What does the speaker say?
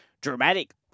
dramatic